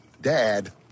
Dad